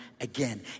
again